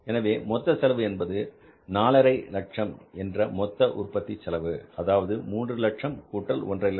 எனவே மொத்த செலவு என்பது 450000 என்ற மொத்த உற்பத்தி செலவு அதாவது 300000 கூட்டல் 150000